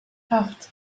acht